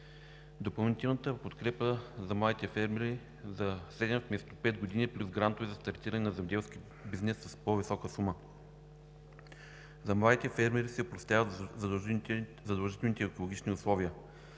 допълнителната подкрепа за младите фермери за седем вместо пет години плюс грантове за стартиране на земеделски бизнес с по-висока сума, за младите фермери се опростяват задължителните екологични условия,